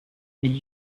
and